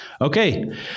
Okay